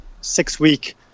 six-week